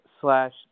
slash